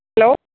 hello